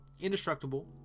indestructible